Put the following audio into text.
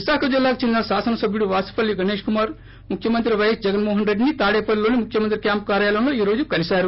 విశాఖ జిల్లాకు చెందిన శాసనసభ్యుడు వాసుపల్లి గణేష్ కుమార్ ముఖ్యమంత్రి వైఎస్ జగన్మోహనరెడ్డిని తాడేపల్లిలోని ముఖ్యమంత్రి క్యాంప్ కార్యాలయంలో ఈ రోజు కలిసారు